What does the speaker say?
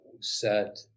set